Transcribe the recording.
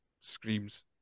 screams